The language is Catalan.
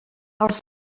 els